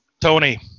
tony